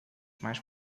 mais